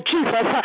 Jesus